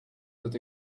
that